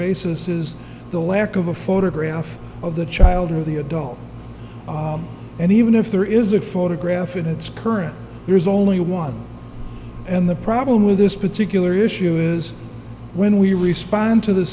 basis is the lack of a photograph of the child or the adult and even if there is a photograph in it's current there's only one and the problem with this particular issue is when we respond to the